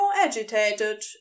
agitated